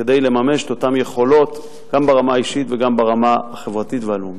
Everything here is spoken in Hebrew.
כדי לממש את אותן יכולות גם ברמה האישית וגם ברמה החברתית והלאומית.